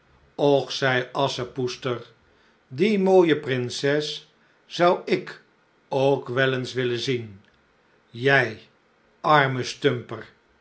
och zei asschepoester die mooije prinses zou ik ook wel eens willen zien jij arme stumper